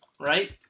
right